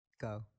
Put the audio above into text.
Go